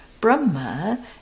Brahma